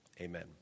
amen